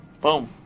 Boom